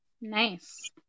nice